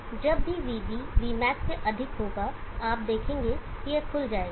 तो जब भी vB vmax से अधिक होगा आप देखेंगे कि यह खुल जाएगा